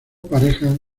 parejas